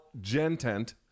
Gentent